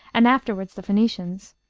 and afterward the phoenicians,